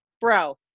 bro